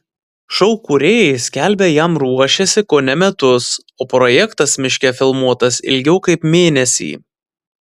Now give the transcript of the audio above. šou kūrėjai skelbia jam ruošęsi kone metus o projektas miške filmuotas ilgiau kaip mėnesį